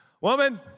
woman